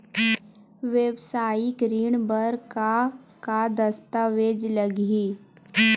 वेवसायिक ऋण बर का का दस्तावेज लगही?